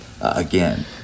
again